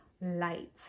light